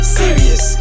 serious